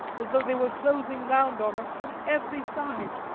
as though they were closing round on us from every side.